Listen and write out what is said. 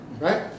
Right